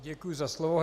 Děkuji za slovo.